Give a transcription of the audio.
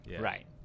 right